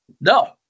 No